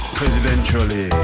presidentially